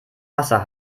wasser